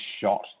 shot